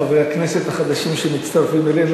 חברי הכנסת החדשים שמצטרפים אלינו,